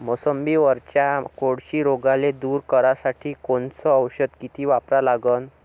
मोसंबीवरच्या कोळशी रोगाले दूर करासाठी कोनचं औषध किती वापरा लागन?